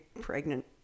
pregnant